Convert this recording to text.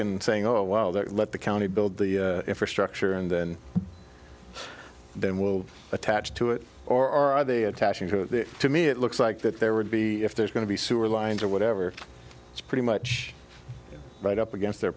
and saying oh well then let the county build the infrastructure and then then will attach to it or are they attaching to it to me it looks like that there would be if there's going to be sewer lines or whatever it's pretty much right up against their